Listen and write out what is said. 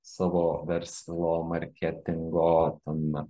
savo verslo marketingo ten